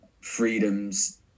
freedoms